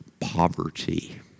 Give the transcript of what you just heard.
poverty